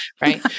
right